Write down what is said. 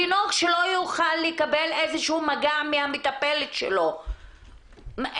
תינוק שלא יוכל לקבל איזשהו מגע מהמטפלת שלו - איך?